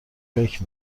فکر